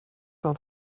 cent